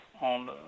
on